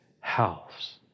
house